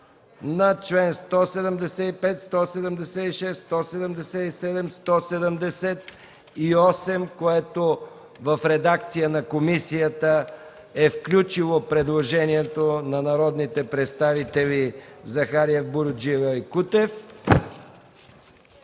на чл. 175, 176, 177, 178, които в редакция на комисията е включило предложението на народните представители Захариев, Буруджиева и Кутев